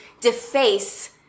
deface